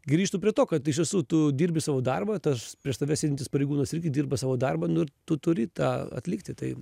grįžtu prie to kad iš tiesų tu dirbi savo darbą tas prieš tave sėdintis pareigūnas irgi dirba savo darbą nu ir tu turi tą atlikti tai